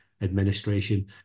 administration